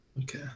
Okay